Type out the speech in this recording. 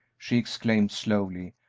she exclaimed, slowly,